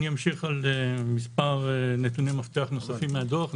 (הצגת מצגת) אני אמשיך על מספר נתוני מפתח נוספים מהדוח.